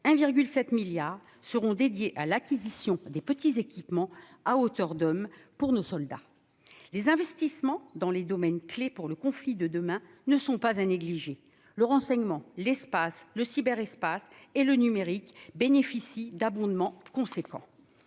1,7 milliard d'euros seront dédiés à l'acquisition des petits équipements « à hauteur d'hommes » pour nos soldats. Les investissements dans les domaines clés pour les conflits de demain ne sont pas négligés : le renseignement, l'espace, le cyberespace et le numérique bénéficient d'abondements importants.